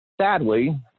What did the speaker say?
sadly